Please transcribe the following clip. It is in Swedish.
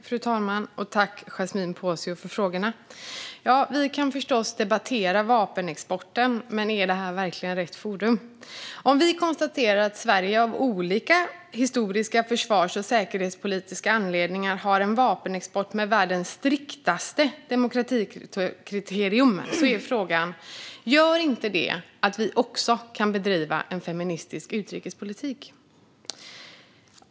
Fru talman! Tack för frågorna, Yasmine Posio! Vi kan förstås debattera vapenexporten, men är detta verkligen rätt forum? Om vi konstaterar att Sverige av olika historiska försvars och säkerhetspolitiska anledningar har en vapenexport med världens striktaste demokratikriterium är frågan: Gör inte det att vi också kan bedriva en feministisk utrikespolitik?